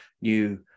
new